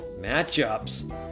matchups